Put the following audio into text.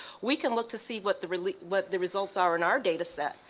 we can look to see what the really, what the results are in our data set,